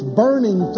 burning